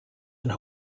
and